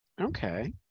Okay